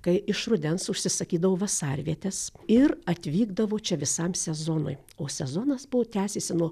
kai iš rudens užsisakydavo vasarvietes ir atvykdavo čia visam sezonui o sezonas buvo tęsėsi nuo